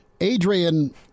Adrian